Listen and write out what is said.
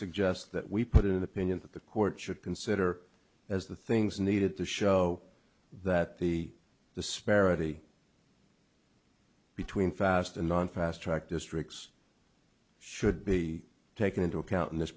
suggest that we put in an opinion that the court should consider as the things needed to show that the disparity between fast and learn fast track districts should be taken into account in this